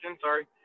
sorry